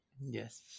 Yes